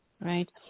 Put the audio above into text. right